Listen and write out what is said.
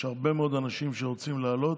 יש הרבה מאוד אנשים שרוצים לעלות.